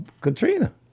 Katrina